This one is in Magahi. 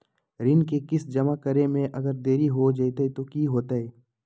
ऋण के किस्त जमा करे में अगर देरी हो जैतै तो कि होतैय?